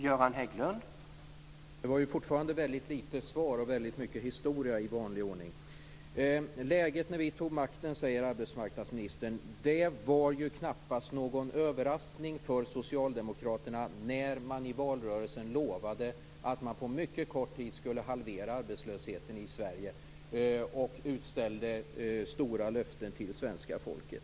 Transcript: Herr talman! Det var fortfarande väldigt litet svar och väldigt mycket historia, i vanlig ordning. Arbetsmarknadsministern talade om läget när Socialdemokraterna tog över regeringsmakten. Det var knappast någon överraskning för Socialdemokraterna när de i valrörelsen lovade att de på mycket kort tid skulle halvera arbetslösheten i Sverige och utställde stora löften till svenska folket.